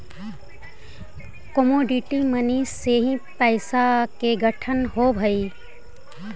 commodity money से ही पैसा के गठन होवऽ हई